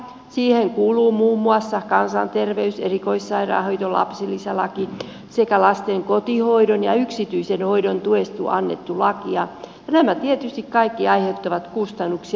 siihen kuuluvat muun muassa kansanterveys erikoissairaanhoito ja lapsilisälaki sekä lasten kotihoidon ja yksityisen hoidon tuesta annettu laki ja nämä tietysti kaikki aiheuttavat kustannuksia